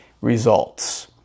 results